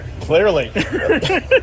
clearly